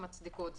המצדיקות זאת.